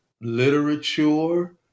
literature